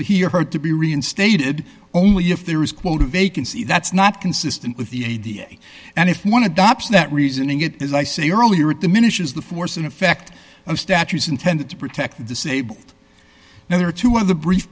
here heard to be reinstated only if there is quote a vacancy that's not consistent with the idea and if one adopts that reasoning it as i say earlier it diminishes the force and effect of statues intended to protect the disabled now there are two of the brief